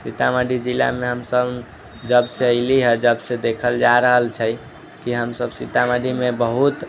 सीतामढ़ी जिलामे हमसब जबसे अयलियै जबसे देखल जा रहल छै कि हमसब सीतामढ़ीमे बहुत